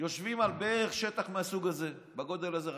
יושבים על שטח בגודל הזה בערך.